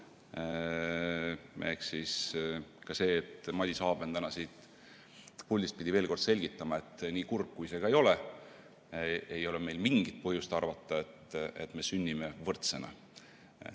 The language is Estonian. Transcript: rääkinud. Ka see, et Madis Aben täna siit puldist pidi veel kord selgitama, et nii kurb kui see ka ei ole, meil ei ole mingit põhjust arvata, et me sünnime võrdsena.